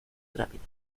rápido